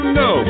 no